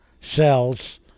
cells